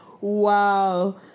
Wow